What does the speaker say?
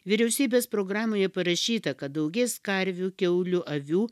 vyriausybės programoje parašyta kad daugės karvių kiaulių avių